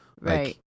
Right